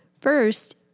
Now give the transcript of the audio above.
First